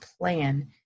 plan